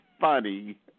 funny